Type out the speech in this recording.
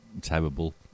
terrible